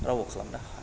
रावबो खालामनो हाया